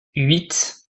huit